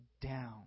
down